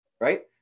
right